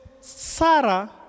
Sarah